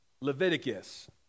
Leviticus